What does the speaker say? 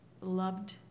Loved